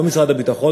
לא משרד הביטחון,